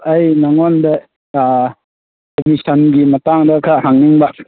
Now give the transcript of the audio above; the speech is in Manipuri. ꯑꯩ ꯅꯉꯣꯟꯗ ꯑꯦꯠꯃꯤꯁꯟꯒꯤ ꯃꯇꯥꯡꯗ ꯈꯔ ꯍꯪꯅꯤꯡꯕ